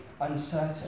uncertain